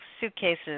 suitcases